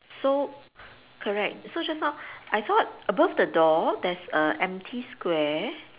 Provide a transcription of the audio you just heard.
so correct so just now I thought above the door there's a empty square